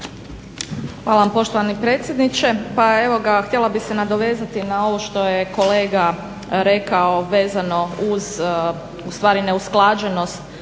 Hvala vam poštovani predsjedniče.